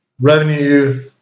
revenue